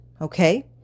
okay